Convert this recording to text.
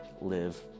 live